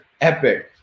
epic